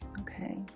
okay